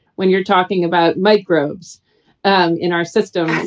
when you're talking about microbes um in our system.